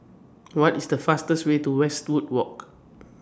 What IS The fastest Way to Westwood Walk